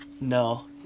No